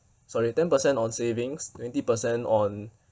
sorry ten percent on savings twenty percent on